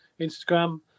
Instagram